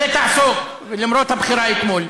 ותעסוק, למרות הבחירה אתמול.